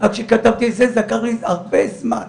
עד שכתבתי את זה לקח לי הרבה זמן,